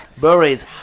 buried